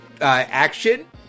action